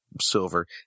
silver